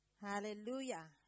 Hallelujah